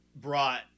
brought